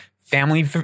family